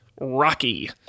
Rocky